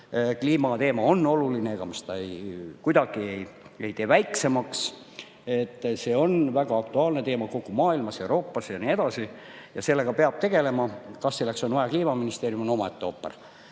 Kliimateema on oluline, ega me seda kuidagi väiksemaks ei tee. See on väga aktuaalne teema kogu maailmas, Euroopas ja nii edasi, sellega peab tegelema. Kas selleks on vaja kliimaministeeriumi, on omaette ooper.